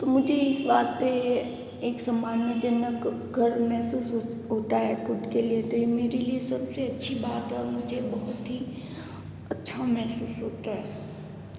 तो मुझे इस बात पर एक सम्मानजनक गर्व महसूस होता है ख़ुद के लिए तो ये मेरे लिए सब से अच्छी बात है मुझे बहुत ही अच्छा महसूस होता है